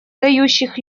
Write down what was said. дающих